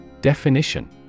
Definition